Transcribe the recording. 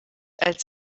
als